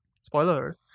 spoiler